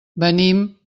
venim